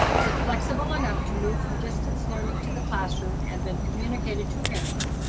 is it flexible enough to move from distance learning to the classroom and then communicate it to parents?